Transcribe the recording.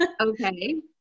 Okay